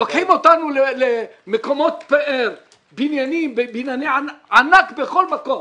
לוקחים אותנו למקומות פאר, בנייני ענק בכל מקום.